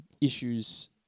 issues